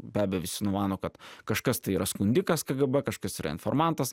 be abejo visi numano kad kažkas tai yra skundikas kgb kažkas yra informantas